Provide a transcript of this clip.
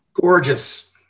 Gorgeous